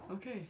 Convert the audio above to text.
Okay